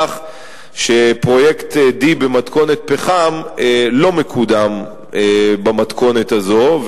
שפרויקט D במתכונת פחם לא מקודם במתכונת הזו,